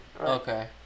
Okay